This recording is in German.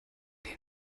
den